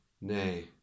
nay